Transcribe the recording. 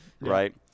right